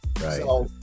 right